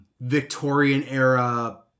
Victorian-era